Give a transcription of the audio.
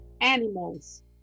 animals